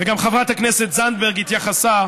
וגם חברת הכנסת זנדברג התייחסה